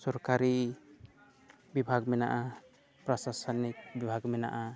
ᱥᱚᱨᱠᱟᱨᱤ ᱵᱤᱵᱷᱟᱜᱽ ᱢᱮᱱᱟᱜᱼᱟ ᱯᱨᱚᱥᱟᱥᱚᱱᱤᱠ ᱵᱤᱵᱷᱟᱜᱽ ᱢᱮᱱᱟᱜᱼᱟ